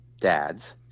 dads